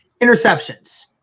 Interceptions